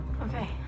Okay